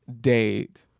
date